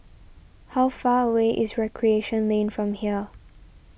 how far away is Recreation Lane from here